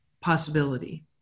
possibility